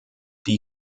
die